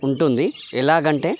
ఉంటుంది ఎలాగంటే